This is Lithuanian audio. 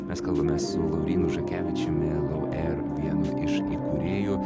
mes kalbamės su laurynu žakevičiumi lau eir vienu iš įkūrėjų